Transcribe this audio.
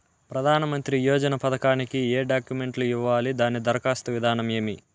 ప్రధానమంత్రి యోజన పథకానికి ఏ డాక్యుమెంట్లు ఇవ్వాలి దాని దరఖాస్తు విధానం ఏమి